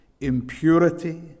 impurity